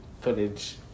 footage